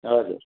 हजुर